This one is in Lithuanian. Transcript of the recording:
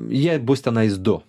jie bus tenais du